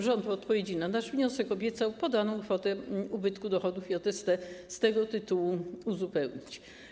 Rząd w odpowiedzi na nasz wniosek obiecał podaną kwotę ubytku dochodów JST z tego tytułu uzupełnić.